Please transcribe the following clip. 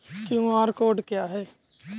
QR code क्या है?